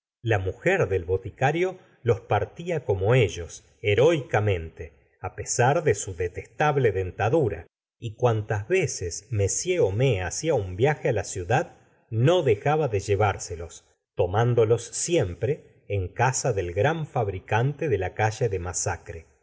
la mujer del boticario los partía como ellos heroicamente á pesar de su detestable dentadura y cuantas veces m homais hacia un viaje á la ciudad no de jaba de llevárselos tomándolos siemprq en casa del gran fabricante de la calle de